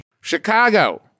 Chicago